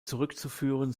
zurückzuführen